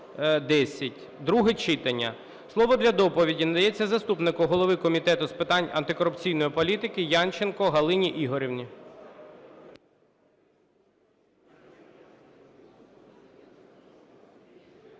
читання). Слово для доповіді надається заступнику голови Комітету з питань антикорупційної політики Янченко Галині Ігорівні.